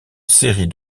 série